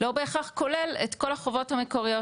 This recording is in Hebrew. לא בהכרח כולל את כל החובות המקוריות,